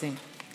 מקסים.